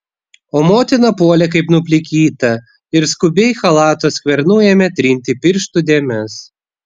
o motina puolė kaip nuplikyta ir skubiai chalato skvernu ėmė trinti pirštų dėmes